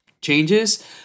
changes